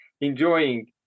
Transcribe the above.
enjoying